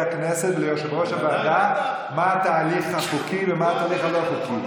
הכנסת וליושב-ראש הוועדה מה התהליך החוק ומה התהליך הלא-חוקי?